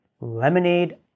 Lemonade